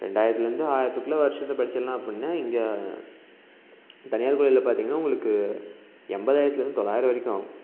ரெண்டாயிரத்துலேந்து ஆயிரத்துக்குள்ள வருஷத்த படிச்சிடலாம் அப்புடின்னா இங்கே தனியார் கல்லூரியில பார்த்தீங்கன்னா உங்களுக்கு எண்பதாயிரத்துலேந்து தொள்ளாயிரம் வரைக்கும் ஆகும்